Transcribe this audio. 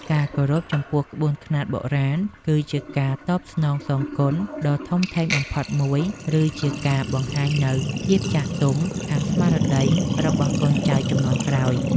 ការគោរពចំពោះក្បួនខ្នាតបុរាណ គឺជាការតបស្នងសងគុណដ៏ធំធេងបំផុតមួយ ឬជាការបង្ហាញនូវភាពចាស់ទុំខាងស្មារតីរបស់កូនចៅជំនាន់ក្រោយ។